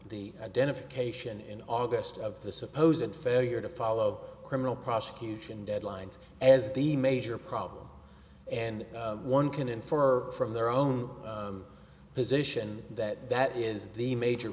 the identification in august of the supposin failure to follow a criminal prosecution deadlines as the major problem and one can infer from their own position that that is the major